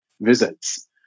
visits